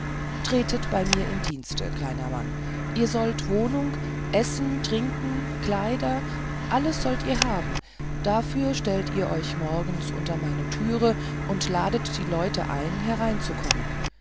tretet bei mir in dienste kleiner mann ihr sollt wohnung essen trinken kleider alles sollt ihr haben dafür stellt ihr euch morgens unter meine türe und ladet die leute ein hereinzukommen